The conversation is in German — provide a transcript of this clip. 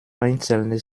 einzelne